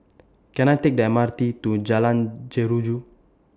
Can I Take The M R T to in Jalan Jeruju